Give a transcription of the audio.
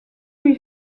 lui